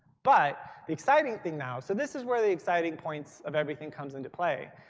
but the exciting thing now, so this is where the exciting points of everything comes into play.